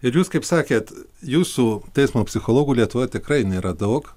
ir jūs kaip sakėt jūsų teismo psichologų lietuvoje tikrai nėra daug